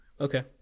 Okay